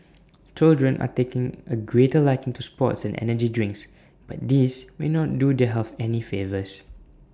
children are taking A greater liking to sports and energy drinks but these may not do their health any favours